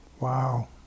wow